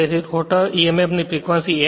તેથી rotor emf ની frequency f